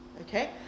Okay